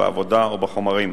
בעבודה או בחומרים.